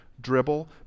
dribble